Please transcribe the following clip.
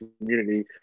community